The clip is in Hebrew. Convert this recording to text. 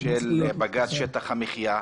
של בג"ץ שטח המחיה,